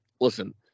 listen